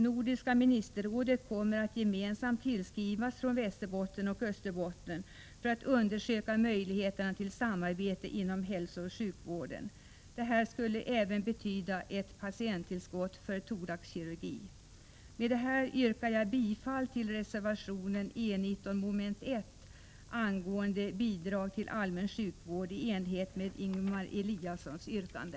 Nordiska ministerrådet kommer att gemensamt tillskrivas från Västerbotten och Österbotten för att undersöka möjligheterna till samarbete inom hälsooch sjukvården. Detta skulle även betyda ett patienttillskott för thoraxkirurgi. Jag yrkar bifall till reservationen vid E 19 mom. 1 angående bidrag till allmän sjukvård i enlighet med Ingemar Eliassons yrkande.